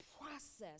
process